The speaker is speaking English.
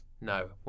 No